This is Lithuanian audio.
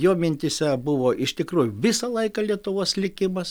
jo mintyse buvo iš tikrųjų visą laiką lietuvos likimas